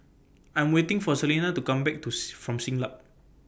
I'm waiting For Salena to Come Back Tooth from Siglap